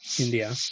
India